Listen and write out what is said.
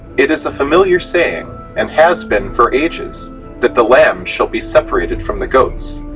it is a familiar saying and has been for ages that the lambs shall be separated from the goats.